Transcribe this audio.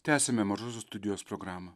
tęsiame mažosios studijos programą